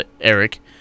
Eric